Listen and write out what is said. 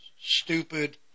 stupid